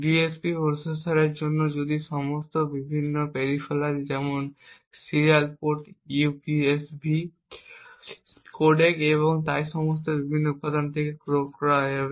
DSP প্রসেসরের জন্য যদি সমস্ত বিভিন্ন পেরিফেরাল যেমন সিরিয়াল পোর্ট ইউএসবি কোডেক এবং তাই সব বিভিন্ন উত্পাদন সত্তা থেকে ক্রয় করা হবে